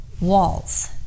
walls